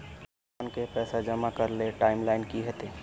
आहाँ के पैसा जमा करे ले टाइम लाइन की होते?